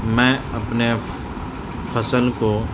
میں اپنے فصل کو